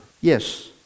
Yes